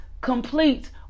complete